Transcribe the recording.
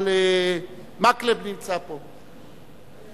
אבל מקלב נמצא פה,